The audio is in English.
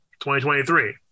2023